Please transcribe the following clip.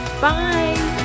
Bye